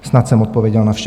Snad jsem odpověděl na vše.